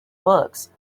books